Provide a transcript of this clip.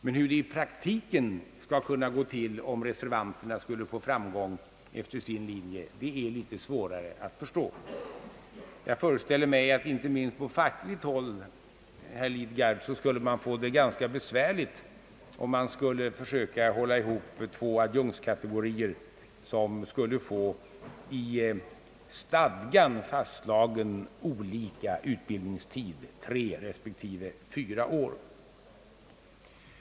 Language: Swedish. Men hur detta i praktiken skall kunna gå, om reservanternas förslag vinner framgång, är det svårare att förstå. Jag föreställer mig att man inte minst på fackligt håll, herr Lidgard, skulle få det ganska besvärligt, om man skulle försöka hålla ihop två adjunktskategorier som skulle få i stadgan fastslagen olika utbildningstid, tre respektive fyra år.